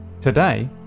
Today